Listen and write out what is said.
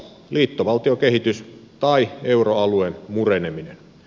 liittovaltiokehitys tai euroalueen mureneminen